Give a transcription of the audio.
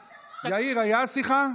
יאיר, הייתה שיחה?